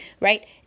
right